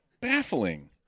baffling